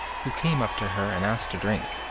who came up to her, and asked to drink.